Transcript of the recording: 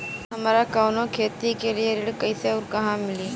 हमरा कवनो खेती के लिये ऋण कइसे अउर कहवा मिली?